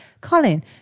Colin